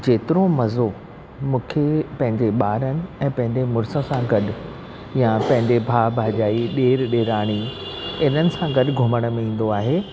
जेतिरो मज़ो मूंखे पंहिंजे ॿारनि ऐं पंहिंजे मुड़ुस सां गॾु या पंहिंजे भाउ भाजाई ॾेरु ॾेराणी हिननि सां गॾु घुमण में ईंदो आहे